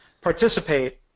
participate